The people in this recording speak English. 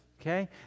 Okay